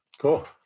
Cool